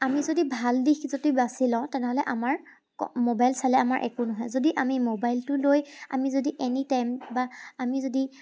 আমি যদি ভাল দিশ যদি বাছি লওঁ তেনেহ'লে আমাৰ মোবাইল চালে আমাৰ একো নহয় যদি আমি মোবাইলটো লৈ আমি যদি এনিটাইম বা আমি যদি